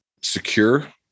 secure